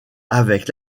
avec